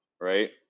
right